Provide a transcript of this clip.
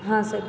हाँ सर